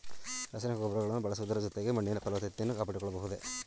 ರಾಸಾಯನಿಕ ಗೊಬ್ಬರಗಳನ್ನು ಬಳಸುವುದರ ಜೊತೆಗೆ ಮಣ್ಣಿನ ಫಲವತ್ತತೆಯನ್ನು ಕಾಪಾಡಿಕೊಳ್ಳಬಹುದೇ?